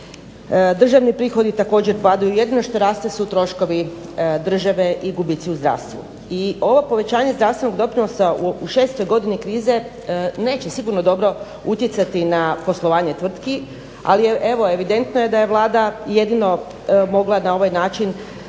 državni prihodi također padaju. Jedino što raste su troškovi države i gubici u zdravstvu. I ovo povećanje zdravstvenog doprinosa u šestoj godini krize neće sigurno dobro utjecati na poslovanje tvrtki ali evo evidentno je da je Vlada jedino mogla na ovaj način